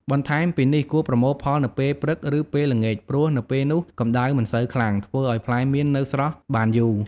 បន្ថែមពីនេះ គួរប្រមូលផលនៅពេល ព្រឹក ឬពេល ល្ងាច ព្រោះនៅពេលនោះកម្តៅមិនសូវខ្លាំង ធ្វើឱ្យផ្លែមៀននៅស្រស់បានយូរ។